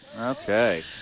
Okay